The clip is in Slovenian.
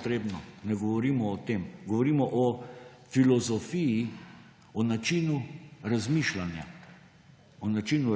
stranke, ne govorimo o tem. Govorimo o filozofiji, o načinu